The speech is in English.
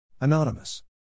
Anonymous